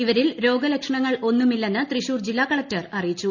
ഇവരിൽ രോഗലക്ഷണങ്ങൾ ഒന്നുമില്ലെന്ന് തൃശൂർ ജില്ലാ കളക്ടർ അറിയിച്ചു